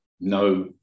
no